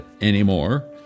anymore